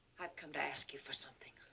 i came to ask you for something,